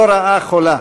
זו רעה חולה,